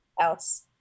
else